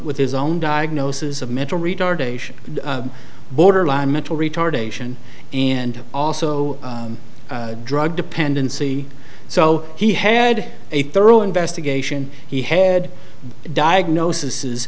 with his own diagnosis of mental retardation borderline mental retardation and also drug dependency so he had a thorough investigation he had the diagnosis is